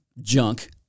junk